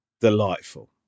delightful